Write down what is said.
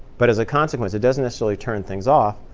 but as a consequence, it doesn't necessarily turn things off,